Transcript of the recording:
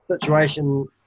situation